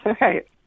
Right